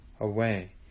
away